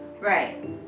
Right